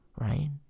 right